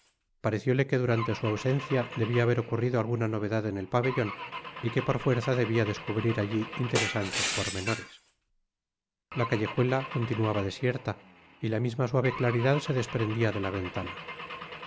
parecióle que durante su ausencia debia haber ocurrido alguna novedad en el pabellon y que por fuerza debia descubrir alli interesantes pormenores la callejuela continuaba desierta y la misma suave claridad se desprendia de la ventana